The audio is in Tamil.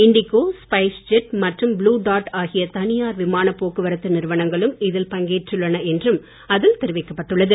இன்டிகோ ஸ்பைஸ் ஜெட் மற்றும் புளுடார்ட் ஆகிய தனியார் விமான போக்குவரத்து நிறுவனங்களும் இதில் பங்கேற்றுள்ளன என்றும் அதில் தெரிவிக்கப்பட்டுள்ளது